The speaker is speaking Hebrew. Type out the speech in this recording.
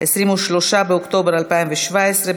23 באוקטובר 2017,